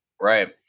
right